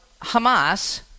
Hamas